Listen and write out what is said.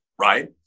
right